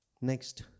Next